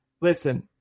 listen